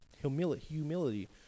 humility